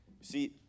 see